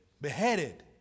beheaded